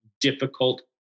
difficult